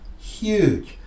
huge